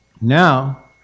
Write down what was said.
Now